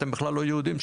אתם בכלל לא יהודים.